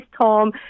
Tom